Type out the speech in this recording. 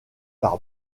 par